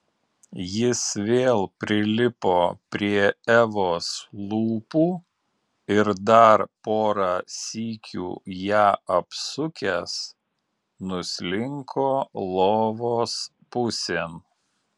jis vėl prilipo prie evos lūpų ir dar porą sykių ją apsukęs nuslinko lovos pusėn